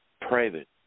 private